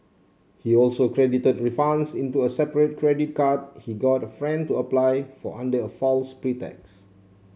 he also credited refunds into a separate credit card he got a friend to apply for under a false pretext